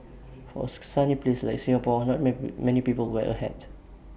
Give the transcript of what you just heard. for ask sunny place like Singapore not man many people wear A hat